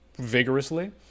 vigorously